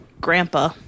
grandpa